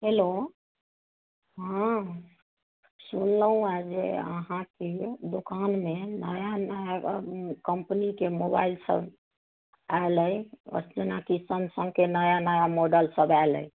hello हँ सुनलहुँ हँ जे अहाँकेँ दोकानमे नया नया कम्पनीके मोबाइल सभ आएल अछि जेनाकि सैमसङ्गके नया नया मोडल सभ आएल अछि